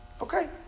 Okay